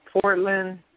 Portland